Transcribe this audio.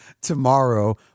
Tomorrow